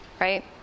right